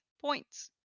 points